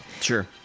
Sure